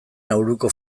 nauruko